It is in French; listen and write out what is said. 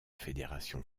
fédération